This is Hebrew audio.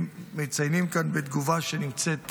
ומציינים כאן, בתגובה שנמצאת בפניי,